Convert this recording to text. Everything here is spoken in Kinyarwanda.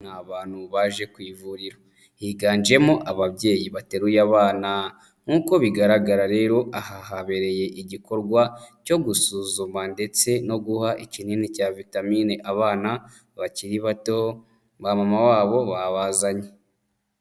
Ni abantu baje ku ivuriro, higanjemo ababyeyi bateruye abana nkuko bigaragara rero aha habereye igikorwa cyo gusuzuma ndetse no guha ikinini cya vitamine abana bakiri bato, ba mama babo babazanye.